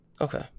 Okay